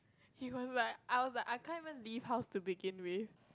he went right I was like I can't even leave house to begin with